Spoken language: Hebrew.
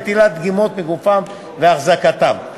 נטילת דגימות מגופם והחזקתם.